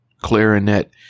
clarinet